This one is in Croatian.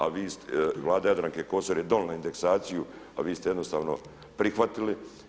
A Vlada Jadranke Kosor je donijela indeksaciju, a vi ste jednostavno prihvatili.